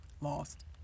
lost